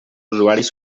usuaris